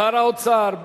שר האוצר,